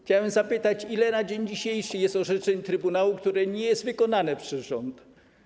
Chciałbym zapytać: Ile na dzień dzisiejszy jest orzeczeń trybunału, które nie są wykonane przez rząd?